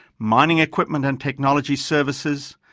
mining equipment and technology services,